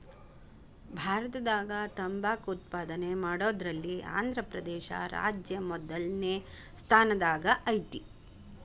ಭಾರತದಾಗ ತಂಬಾಕ್ ಉತ್ಪಾದನೆ ಮಾಡೋದ್ರಲ್ಲಿ ಆಂಧ್ರಪ್ರದೇಶ ರಾಜ್ಯ ಮೊದಲ್ನೇ ಸ್ಥಾನದಾಗ ಐತಿ